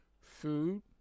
Food